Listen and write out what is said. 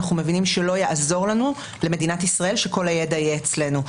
אנחנו מבינים שלא יעזור למדינת ישראל שכל הידע יהיה אצלנו.